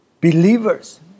believers